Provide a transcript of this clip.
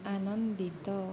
ଆନନ୍ଦିତ